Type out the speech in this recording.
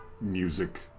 music